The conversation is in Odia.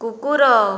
କୁକୁର